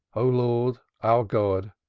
o lord, our god!